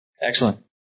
excellent